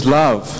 love